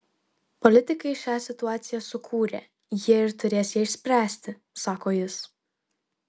politikai šią situaciją sukūrė jie ir turės ją išspręsti sako jis